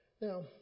Now